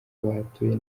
bahatuye